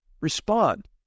respond